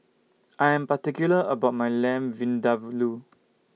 I Am particular about My Lamb Vindaveloo